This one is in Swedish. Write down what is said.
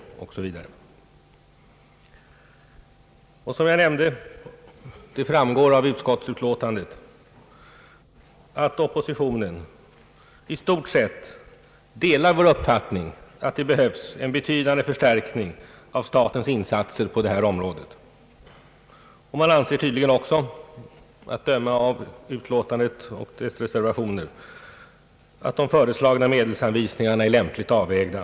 Som jag nämnt delar också oppositionen i stort sett — det framgår av utskottsutlåtandet — vår uppfattning att det behövs en betydande förstärkning av statens insatser på det här området. Man anser tydligen också, att döma av utlåtandet och dess reservationer, att de föreslagna medelsanvisningarna är lämpligt avvägda.